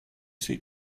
sit